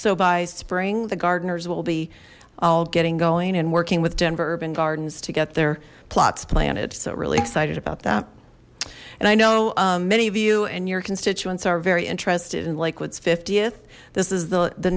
so by spring the gardeners will be all getting going and working with denver urban gardens to get their plots planted so really excited about that and i know many of you and your constituents are very interested in liquids fiftieth this is the the